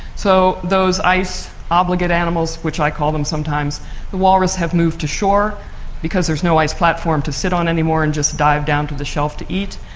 so those ice obligate animals, which i call them sometimes, the walrus have moved to shore because there's no ice platform to sit on anymore and just to dive down to the shelf to eat.